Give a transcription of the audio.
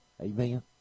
Amen